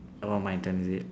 oh my turn is it